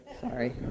sorry